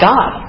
God